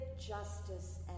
justice